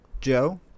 Joe